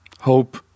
hope